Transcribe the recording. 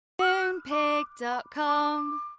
Moonpig.com